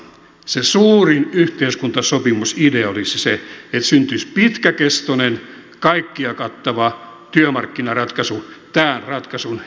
se suurin yhteiskuntasopimusidea olisi se että syntyisi pitkäkestoinen kaikkia kattava työmarkkinaratkaisu tämän ratkaisun jälkeen